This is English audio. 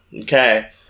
okay